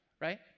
right